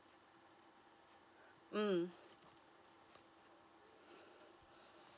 mm